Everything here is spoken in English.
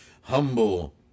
humble